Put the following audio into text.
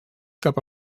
cap